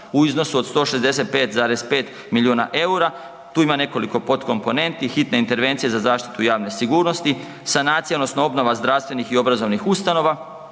u iznosu od 165,5 milijuna eura. Tu ima nekoliko podkomoponenti, hitne intervencije za zaštitu javne sigurnosti, sanacija odnosno obnova zdravstvenih i obrazovnih ustanova